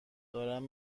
دارم